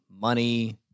money